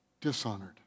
dishonored